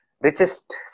richest